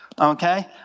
Okay